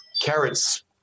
carrots